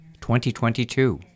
2022